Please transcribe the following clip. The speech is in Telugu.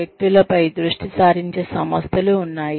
వ్యక్తులపై దృష్టి సారించే సంస్థలు ఉన్నాయి